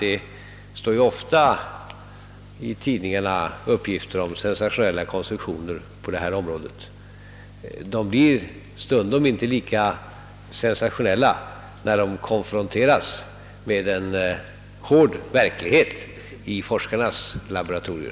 Det står ofta uppgifter i tidningarna om sensationella konstruktioner på detta område. De blir inte alltid lika sensationella när de prövas i forskarnas laboratorier.